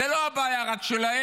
זו לא בעיה רק שלהם,